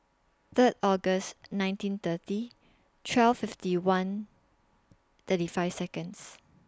Third August nineteen thirty twelve fifty one thirty five Seconds